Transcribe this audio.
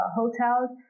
hotels